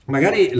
Magari